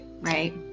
right